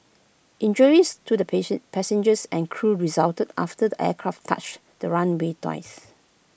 injuries to the patient passengers and crew resulted after the aircraft touched the runway twice